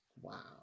Wow